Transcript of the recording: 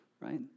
right